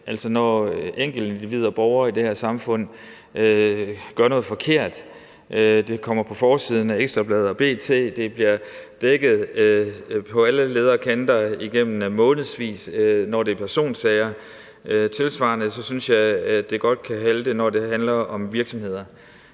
det er enkeltindivider, borgere i det her samfund, der gør noget forkert. Det kommer på forsiden af Ekstra Bladet og B.T., og det bliver dækket på alle ledder og kanter i månedsvis, når det er personsager. Men jeg synes, det godt kan halte, når det handler om virksomheder.